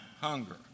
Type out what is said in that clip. Hunger